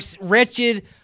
wretched